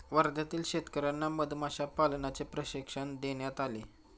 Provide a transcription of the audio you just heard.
वर्ध्यातील शेतकर्यांना मधमाशा पालनाचे प्रशिक्षण देण्यात आले